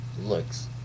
looks